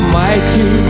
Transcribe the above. mighty